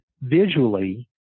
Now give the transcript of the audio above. visually